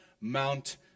Mount